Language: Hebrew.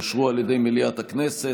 אושרו על ידי מליאת הכנסת.